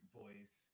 voice